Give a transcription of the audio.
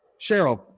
Cheryl